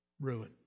Ruin